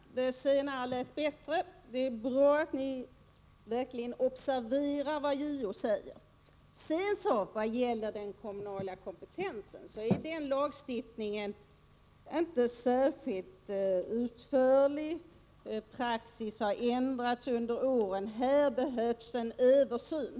Herr talman! Det senare lät bättre; det är bra att ni verkligen observerar vad JO säger. Vad beträffar den kommunala kompetensen är lagstiftningen inte särskilt utförlig. Praxis har ändrats under åren, och här behövs en översyn.